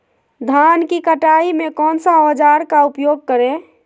धान की कटाई में कौन सा औजार का उपयोग करे?